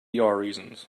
reasons